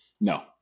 No